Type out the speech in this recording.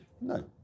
No